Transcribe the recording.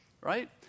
right